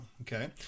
okay